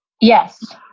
Yes